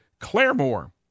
Claremore